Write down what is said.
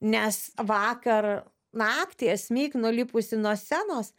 nes vakar naktį asmik nulipusi nuo scenos